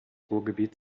ruhrgebiet